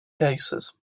cases